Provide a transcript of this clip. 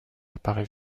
apparaît